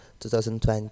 2020